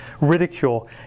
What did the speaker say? ridicule